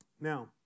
Now